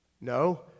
No